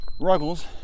Ruggles